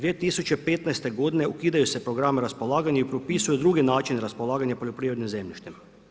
2015. godine ukidaju se programi raspolaganja i propisuju drugi načini raspolaganja poljoprivrednim zemljištem.